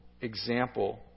example